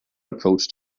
approached